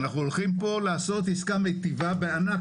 אנחנו הולכים פה לעשות עסקה מיטיבה בענק.